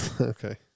Okay